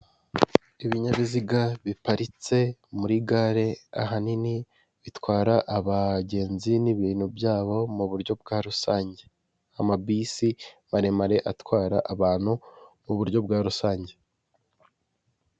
Ibinyabiziga biparitse muri gare ahanini bitwara abagenzi n'ibintu byabo mu buryo bwa rusange, amabisi maremare atwara abantu mu buryo bwa rusange.